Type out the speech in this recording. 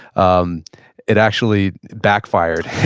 um it actually backfired?